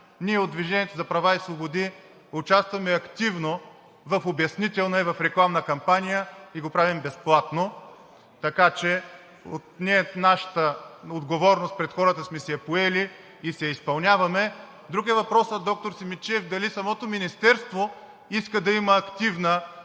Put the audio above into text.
Ние от „Движението за права и свободи“ участваме активно в обяснителна и в рекламна кампания и го правим безплатно. Така че ние нашата отговорност пред хората сме си я поели и си я изпълняваме. Друг е въпросът, доктор Симидчиев, дали самото министерство иска да има активна